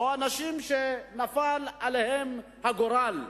או אנשים שנפל עליהם הגורל.